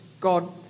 God